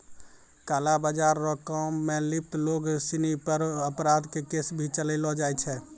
काला बाजार रो काम मे लिप्त लोग सिनी पर अपराध के केस भी चलैलो जाय छै